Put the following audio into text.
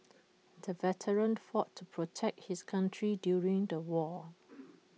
the veteran fought to protect his country during the war